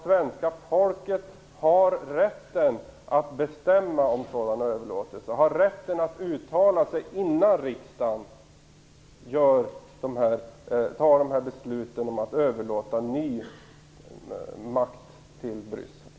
Svenska folket borde ha rätten att bestämma om sådana överlåtelser och rätten att uttala sig innan riksdagen fattar beslut om att överlåta ny makt till Bryssel.